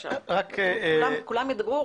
כולם ידברו,